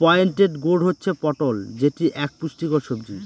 pointed gourd হচ্ছে পটল যেটি এক পুষ্টিকর সবজি